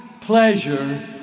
pleasure